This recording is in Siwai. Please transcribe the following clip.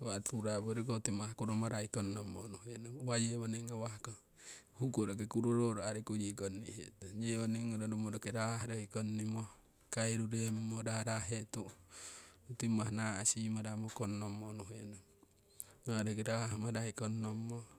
nawa' turapu hoyori timah kuromarai kongnommo unhenong. Uwa yewoning ngawahko huku roki kurororo arikuyi kongnihe tong, yewoning ngoromo roki raahroi kongnimo kairuremmo rarah hee tu'u hoyori timah naasimaramo kongnommo unuhenong nawa' roki rahmarai kongnommo.